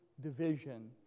division